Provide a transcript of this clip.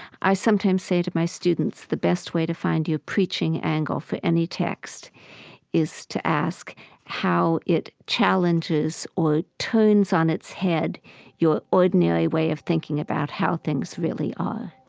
i sometimes say to my students the best way to find your preaching angle for any text is to ask how it challenges or turns on its head your ordinary way of thinking about how things really are